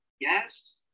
yes